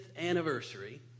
anniversary